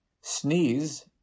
sneeze